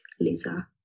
Lisa